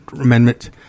Amendment